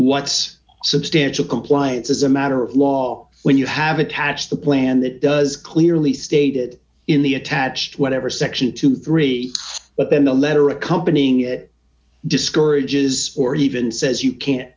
what's substantial compliance as a matter of law when you have attached a plan that does clearly stated in the attached whatever section twenty three dollars but then the letter accompanying it discourages or even says you can't